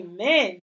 Amen